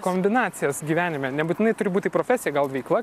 kombinacijas gyvenime nebūtinai turi būt tai profesija gal veikla